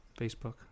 Facebook